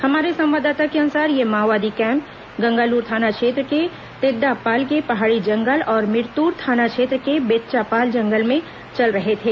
हमारे संवाददाता के अनुसार ये माओवादी कैंप गंगालूर थाना क्षेत्र के तेददापाल के पहाड़ी जंगल और मिरत्र थाना क्षेत्र के बेच्चापाल जंगल में चल रहे थे